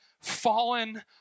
fallen